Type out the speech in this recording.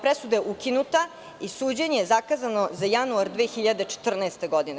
Presuda je ukinuta i suđenje je zakazano za januar 2014. godine.